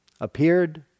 appeared